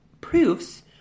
proofs